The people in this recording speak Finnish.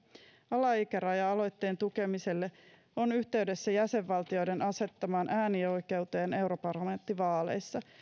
alaikäraja aloitteen tukemiselle on yhteydessä jäsenvaltioiden asettamaan äänioikeuteen europarlamenttivaaleissa